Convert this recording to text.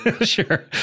Sure